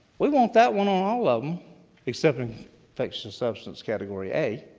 we want that one on all of them except infectious substance category a.